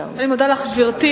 המגזר היחיד,